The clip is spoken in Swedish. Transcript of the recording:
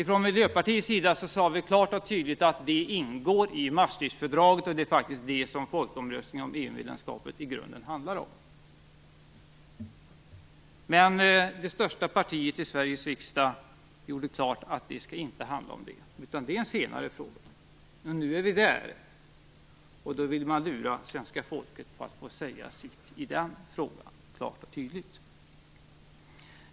Från Miljöpartiets sida sade vi klart och tydligt att detta ingick i Maastrichtfördraget och att det faktiskt var detta som folkomröstningen om EU medlemskapet i grunden handlade om. Men det största partiet i Sveriges riksdag gjorde klart att det inte skulle handla om det, utan att det var en senare fråga. Men nu är vi där, och då vill man lura svenska folket på att få säga sitt i den frågan.